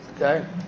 Okay